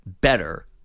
better